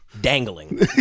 dangling